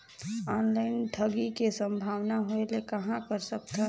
Online ठगी के संभावना होय ले कहां कर सकथन?